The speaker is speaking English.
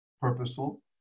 purposeful